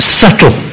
subtle